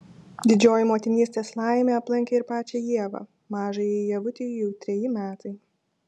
didžioji motinystės laimė aplankė ir pačią ievą mažajai ievutei jau treji metai